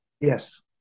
Yes